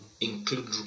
include